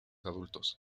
adultos